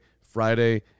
Friday